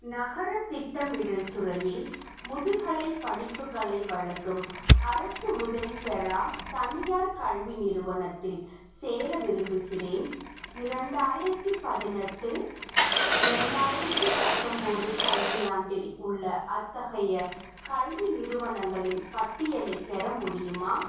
நகரத் திட்டமிடல் துறையில் முதுகலைப் படிப்புகளை வழங்கும் அரசு உதவி பெறா தனியார் கல்வி நிறுவனத்தில் சேர விரும்புகிறேன் இரண்டாயிரத்தி பதினெட்டு இரண்டாயிரத்தி பத்தொம்போது கல்வியாண்டில் உள்ள அத்தகைய கல்வி நிறுவனங்களின் பட்டியலைப் பெற முடியுமா